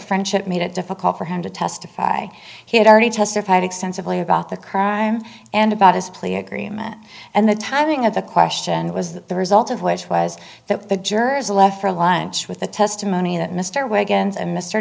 friendship made it difficult for him to testify he had already testified extensively about the crime and about his plea agreement and the timing of the question was that the result of which was that the jurors left for lunch with the testimony that mr wiggins and mr